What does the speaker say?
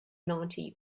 ninety